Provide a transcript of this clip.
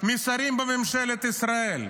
משרים בממשלת ישראל.